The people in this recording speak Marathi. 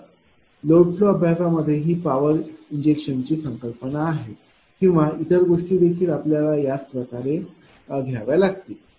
तर लोड फ्लो अभ्यासामध्ये ही पॉवर इंजेक्शनची संकल्पना आहे किंवा इतर गोष्टी देखील आपल्याला याच प्रकारे घ्याव्या लागतील